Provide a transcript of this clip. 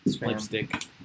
lipstick